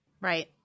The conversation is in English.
right